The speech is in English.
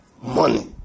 Money